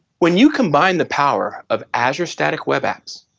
when you combine the power of azure static web apps,